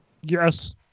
Yes